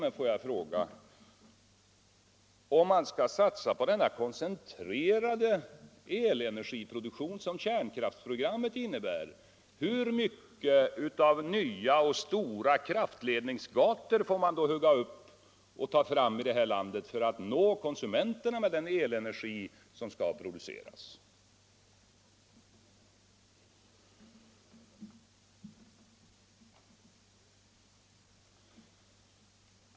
Men får jag fråga: Om man skall satsa på den koncentrerade elenergiproduktion som kärnkraftsprogrammet innebär, hur många nya och hur stora kraftledningsgator får man då hugga upp i det här landet för att nå konsumenterna med den elenergi som skall produceras?